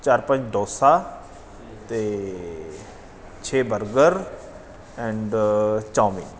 ਚਾਰ ਪੰਜ ਡੋਸਾ ਅਤੇ ਛੇ ਬਰਗਰ ਐਂਡ ਚੌਮੀਨ